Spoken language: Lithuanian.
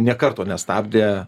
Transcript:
nė karto nestabdė